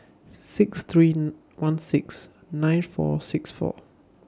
six three one six nine four six four